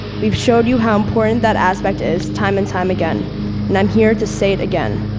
we've showed you how important that aspect is time and time again and i'm here to say it again.